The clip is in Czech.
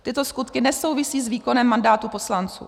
Tyto skutky nesouvisí s výkonem mandátu poslanců.